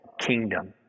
kingdom